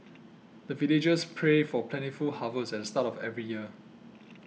the villagers pray for plentiful harvest at the start of every year